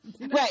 Right